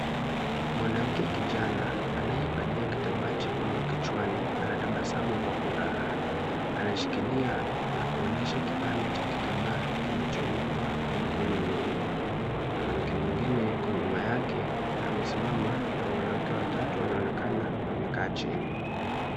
Mwanamke kijana anayevalia kitambaa chekundu kichwani anatabasamu kwa furaha anashikilia na kuonyesha ipande cha kitambaa kilichoundwa na mikono miwili, na mwanamke mwengine yuko nyuma yake amesimama na mwanamke wa tatu anaonekana amekaa chini.